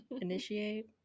Initiate